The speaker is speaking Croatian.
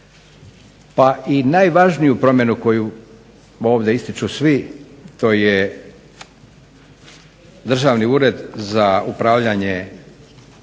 Pa i najvažniju promjenu koju ovdje ističu svi, to je Državni ured za upravljanje